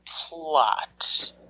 plot